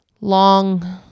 long